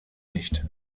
nicht